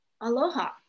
Aloha